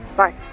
bye